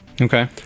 okay